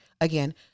again